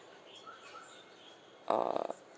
ah